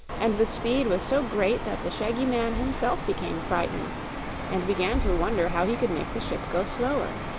and the speed was so great that the shaggy man himself became frightened and began to wonder how he could make the ship go slower.